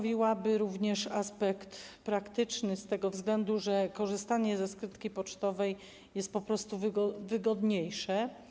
Ważny jest również aspekt praktyczny z tego względu, że korzystanie ze skrytki pocztowej jest po prostu wygodniejsze.